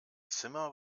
zimmer